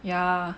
yeah